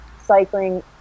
cycling